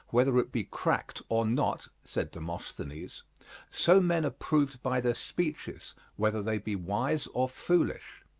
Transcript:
whether it be cracked or not, said demosthenes, so men are proved by their speeches whether they be wise or foolish.